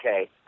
Okay